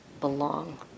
belong